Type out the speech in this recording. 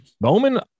Bowman